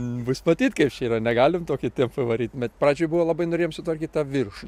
bus matyt kaip čia yra negalim tokiu tempu varyt bet pradžioj buvo labai norėjom sutvarkyt tą viršų